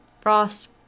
frost